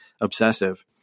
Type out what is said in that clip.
obsessive